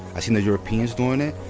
i've seen that europeans doing it,